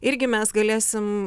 irgi mes galėsim